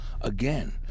again